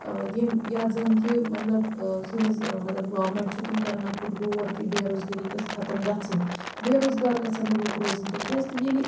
ییٚمہِ یَتھ زَن کہِ مطلب سٲنِس مطلب گورمٮ۪نٛٹ چھِ تِم کَرَن اَتھ پٮ۪ٹھ گور کہِ بے روزگٲری گٔژھ ختم گژھٕنۍ بے روزگار گژھن نہٕ لُکھ روزٕنۍ کینٛہہ کیٛازِ کہِ ییٚلہِ